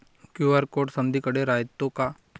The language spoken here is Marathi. क्यू.आर कोड समदीकडे रायतो का?